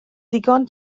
ddigon